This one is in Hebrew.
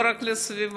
לא רק לסביבה,